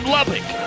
Lubbock